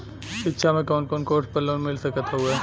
शिक्षा मे कवन कवन कोर्स पर लोन मिल सकत हउवे?